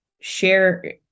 share